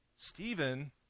Stephen